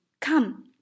come